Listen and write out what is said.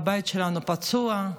הבית שלנו פצוע,